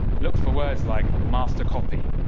look for words like master copy,